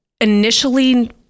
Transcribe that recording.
initially